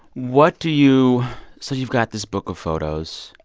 what do you so you've got this book of photos.